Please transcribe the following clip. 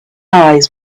eyes